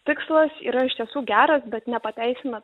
tikslas yra iš tiesų geras bet nepateisina